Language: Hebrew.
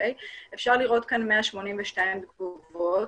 אפשר לראות 182 תגובות